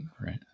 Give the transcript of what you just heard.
right